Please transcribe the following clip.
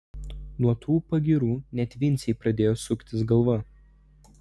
nuo tų pagyrų net vincei pradėjo suktis galva